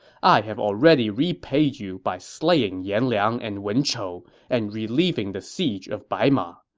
i have already repaid you by slaying yan liang and wen chou and relieving the siege of baima,